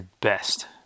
best